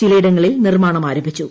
ചിലയിടങ്ങളിൽ നിർമാണം ആരംഭിച്ചു